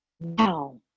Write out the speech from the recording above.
Now